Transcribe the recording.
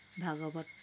Bhagavat